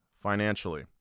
financially